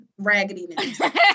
raggediness